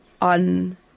on